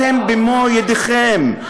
אתם במו-ידיכם,